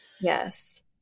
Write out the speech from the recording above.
Yes